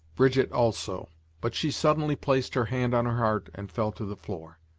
brigitte also but she suddenly placed her hand on her heart and fell to the floor.